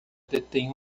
detém